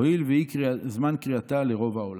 הואיל והוא זמן קריאתה לרוב העולם.